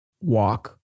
walk